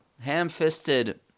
ham-fisted